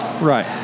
Right